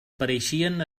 pareixien